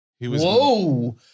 Whoa